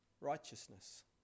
righteousness